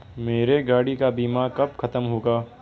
मेरे गाड़ी का बीमा कब खत्म होगा?